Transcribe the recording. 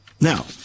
Now